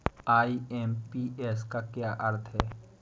IMPS का क्या अर्थ है?